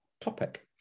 topic